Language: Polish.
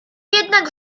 jednak